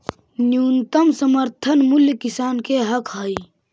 न्यूनतम समर्थन मूल्य किसान के हक हइ